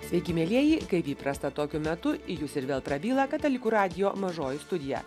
sveiki mielieji kaip įprasta tokiu metu į jus ir vėl prabyla katalikų radijo mažoji studija